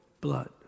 blood